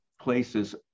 places